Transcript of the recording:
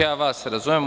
Ja vas razumem.